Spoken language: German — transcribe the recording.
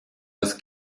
das